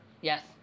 Yes